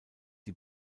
die